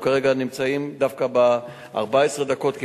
אנחנו כרגע נמצאים דווקא ב-14 דקות,